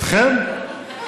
איתכם?